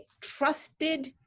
trusted